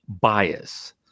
bias